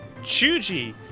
Chuji